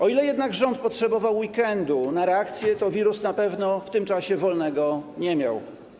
O ile jednak rząd potrzebował weekendu na reakcję, to wirus na pewno w tym czasie wolnego nie miał.